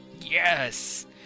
yes